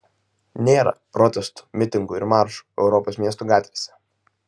nėra protestų mitingų ir maršų europos miestų gatvėse